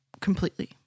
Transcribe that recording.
completely